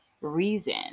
reason